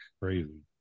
Crazy